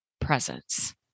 presence